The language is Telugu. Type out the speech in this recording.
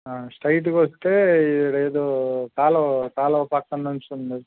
స్ట్రైట్గా వస్తే ఏదో కాలో కాలువ పక్కనుంచి ఉంది